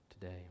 today